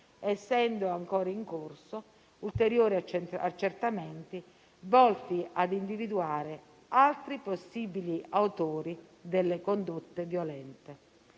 essendo ancora in corso ulteriori accertamenti volti a individuare altri possibili autori delle condotte violente.